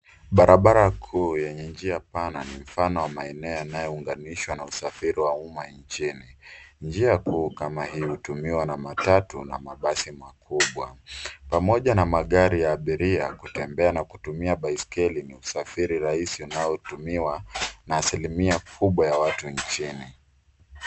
Barabara kuu yenye njia pana ni mfano wa maeneo yanayounganishwa na usafiri wa umma nchini. Njia kuu kama hii hutumiwa na matatu na mabasi makubwa. Pamoja na magari ya abiria, kutembea na kutumia baisikeli ni usafiri rahisi unaotumiwa na asilimia kubwa ya watu nchini.